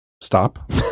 Stop